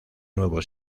nuevo